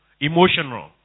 emotional